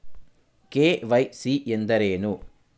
KYC ಎಂದರೇನು?